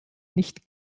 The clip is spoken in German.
nicht